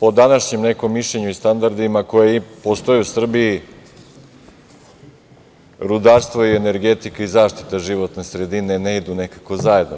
po današnjem nekom mišljenju i standardima koji postoje u Srbiji rudarstvo i energetika i zaštita životne sredine ne idu nekako zajedno.